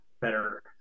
better